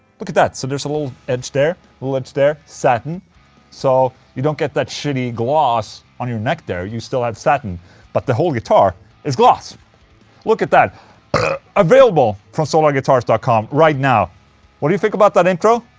look at that, so there's a little edge there, a little edge there. satin so you don't get that shitty gloss on your neck there, you still have satin but the whole guitar is gloss look at that available from solarguitars dot com right now what do you think about that intro?